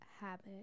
habit